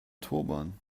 turban